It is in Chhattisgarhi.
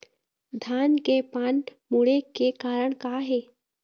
धान के पान मुड़े के कारण का हे?